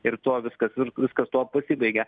ir tuo viskas ir viskas tuo pasibaigė